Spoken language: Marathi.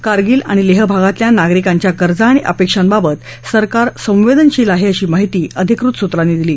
कारगिल आणि लेह भागातल्या नागरिकांच्या गरजा आणि अपेक्षांबाबत सरकार संवेदनशील आहे अशी माहिती अधिकृत सूत्रांनी दिली